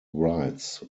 writes